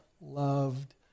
loved